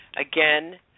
Again